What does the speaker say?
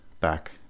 Back